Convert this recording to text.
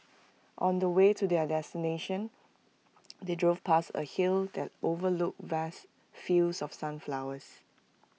on the way to their destination they drove past A hill that overlooked vast fields of sunflowers